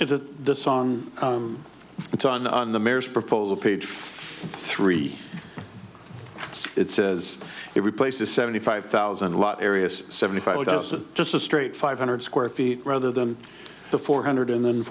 nine is the song it's on the mare's proposal page three it says it replaces seventy five thousand watt areas seventy five thousand just a straight five hundred square feet rather than the four hundred and